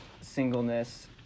singleness